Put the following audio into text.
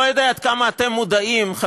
אני לא יודע עד כמה אתם מודעים לזה,